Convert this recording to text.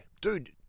dude